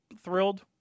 thrilled